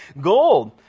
Gold